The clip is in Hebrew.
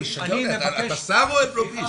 אתה משגע אותי אתה שר או לוביסט?